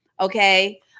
okay